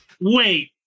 wait